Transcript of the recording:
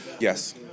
Yes